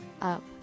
Up